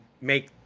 make